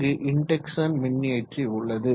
இங்கு இன்டெக்சன் மின்னியற்றி உள்ளது